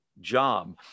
job